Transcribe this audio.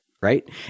right